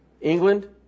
England